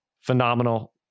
phenomenal